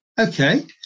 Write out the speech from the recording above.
Okay